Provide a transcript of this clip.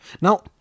Now